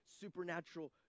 supernatural